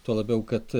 tuo labiau kad